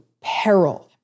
peril